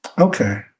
Okay